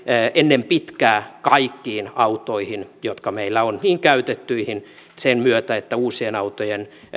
ennen pitkää kaikkiin autoihin jotka meillä on käytettyihin sen myötä että uusien autojen